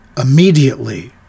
immediately